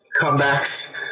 comebacks